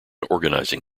organizing